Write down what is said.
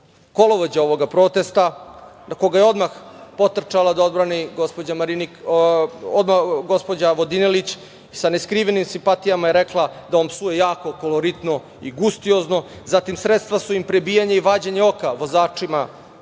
kolovođa ovog protesta, a koga je odmah potrčala da odbrani gospođa Vodinelić i sa neskrivenim simpatijama je rekla da on psuje jako koloritno i gustiozno. Zatim, sredstva su im prebijanje i vađenje oka vozačima bagera,